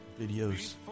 videos